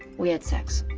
we had sex